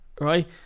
right